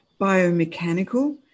biomechanical